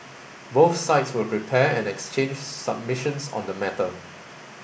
both sides will prepare and exchange submissions on the matter